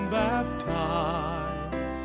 baptized